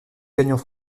gagnant